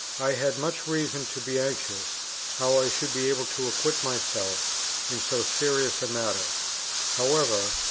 i had much reason to be anxious how i should be able to acquit myself in so serious a matter however,